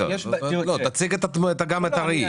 תציג גם את הראי.